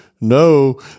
no